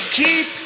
keep